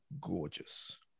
gorgeous